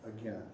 again